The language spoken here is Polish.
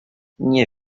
nie